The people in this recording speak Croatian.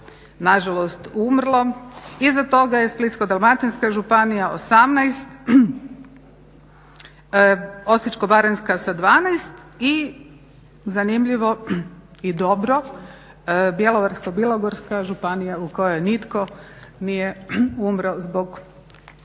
nažalost umrlo. Iza toga je Splitsko-dalmatinska županija, 18, Osječko-baranjska sa 12 i zanimljivo i dobro Bjelovarsko-bilogorska županija u kojoj nitko nije umro zbog